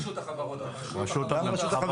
רשות החברות הממשלתית.